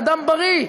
אדם בריא.